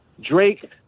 Drake